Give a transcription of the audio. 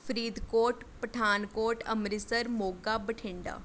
Faridkot Pathankot Amritsar Moga Bathinda